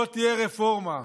לא תהיה רפורמה,